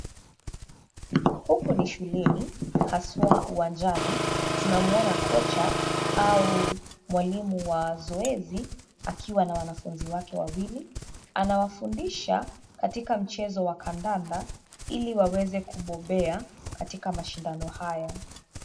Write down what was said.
Huku ni shuleni, haswa uwanjani, tunamwona kocha au mwalimu wa zoezi akiwa na wanafunzi wake wawili, anawafundisha katika mchezo wa kandanda, ili waweze kubobea katika mashindano haya.